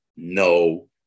No